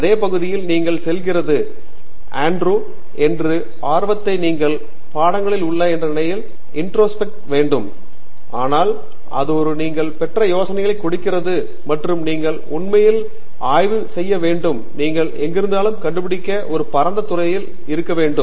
அதே பகுதியில் நீங்கள் செல்கிறது ஆண்ட்ரூ என்று ஆர்வத்தை நீங்கள் பாடங்களில் உள்ளன என்று உண்மையில் இண்ட்ரோஸ்பெக்ட் வேண்டும் ஆனால் அது தான் நீங்கள் பெற ஒரு யோசனை கொடுக்கிறது மற்றும் நீங்கள் உண்மையில் ஒரு பிட் ஆய்வு வேண்டும் நீங்கள் எங்கிருந்தாலும் கண்டுபிடிக்க ஒரு பரந்த துறையில் மேலும்